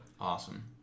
awesome